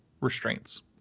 restraints